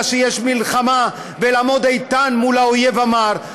שיש מלחמה ולעמוד איתן מול האויב המר.